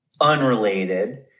unrelated